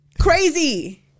Crazy